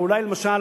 ואולי למשל